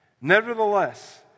Nevertheless